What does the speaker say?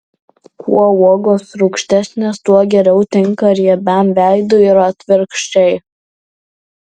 kuo uogos rūgštesnės tuo geriau tinka riebiam veidui ir atvirkščiai